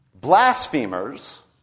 Blasphemers